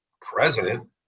president